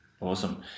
Awesome